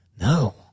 No